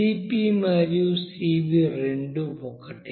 Cp మరియు Cv రెండూ ఒకటే